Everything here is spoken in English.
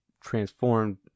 transformed